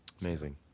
Amazing